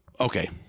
Okay